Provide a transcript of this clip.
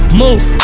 move